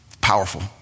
Powerful